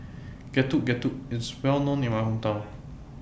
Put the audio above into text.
Getuk Getuk IS Well known in My Hometown